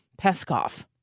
Peskov